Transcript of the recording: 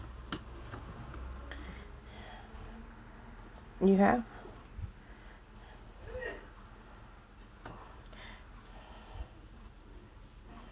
you have